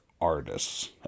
artists